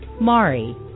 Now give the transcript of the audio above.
Mari